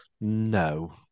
No